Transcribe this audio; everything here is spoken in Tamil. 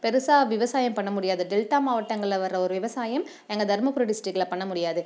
பெருசாக விவசாயம் பண்ண முடியாது டெல்டா மாவட்டங்களில் வர ஒரு விவசாயம் எங்கள் தருமபுரி டிஸ்ட்டிக்கில் பண்ண முடியாது